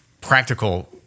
practical